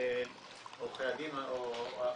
שעורכי הדין או הזוכים,